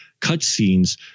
cutscenes